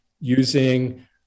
using